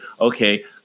okay